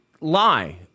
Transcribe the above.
lie